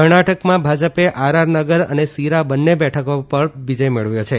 કર્ણાટકમાં ભાજપે આરઆર નગર અને સીરા બંને બેઠકો પર વિજય મેળવ્યો છે